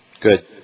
Good